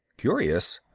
curious?